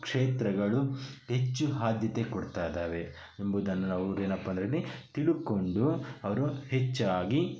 ಕ್ಷೇತ್ರಗಳು ಹೆಚ್ಚು ಆದ್ಯತೆ ಕೊಡ್ತಾಯಿದ್ದಾವೆ ಎಂಬುದನ್ನು ನಾವು ಏನಪ್ಪಾಂದ್ರಿಲ್ಲಿ ತಿಳ್ಕೊಂಡು ಅವರು ಹೆಚ್ಚಾಗಿ